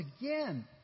again